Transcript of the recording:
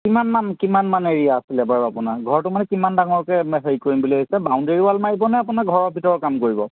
কিমান মান কিমান মান এৰিয়া আছিলে বাৰু আপোনাৰ ঘৰটো মানে কিমান ডাঙৰকৈ হেৰি কৰিম বুলি ভাবিছে বাওণ্ডেৰী ৱাল মাৰিব নে আপোনাৰ ঘৰৰ ভিতৰৰ কাম কৰিব